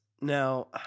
Now